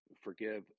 forgive